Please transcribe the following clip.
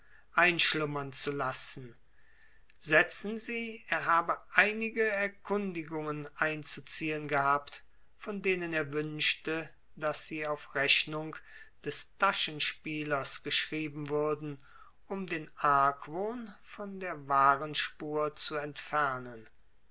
einschlummern zu lassen setzen sie er habe einige erkundigungen einzuziehen gehabt von denen er wünschte daß sie auf rechnung des taschenspielers geschrieben würden um den argwohn von der wahren spur zu entfernen